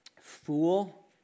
Fool